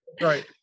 Right